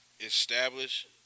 establish